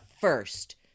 first